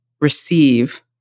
receive